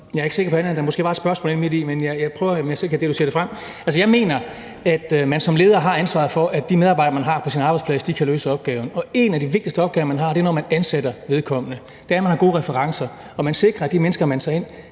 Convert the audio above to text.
sikker på andet, end at der måske var et spørgsmål inde midti – men jeg prøver, om jeg selv kan deducere det frem. Altså, jeg mener, at man som leder har ansvaret for, at de medarbejdere, man har på sin arbejdsplads, kan løse opgaven. Og en af de vigtigste opgaver, man har, når man ansætter nogen, er, at man sikrer, at vedkommende har gode referencer, og sikrer, at de mennesker, man tager ind,